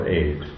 aid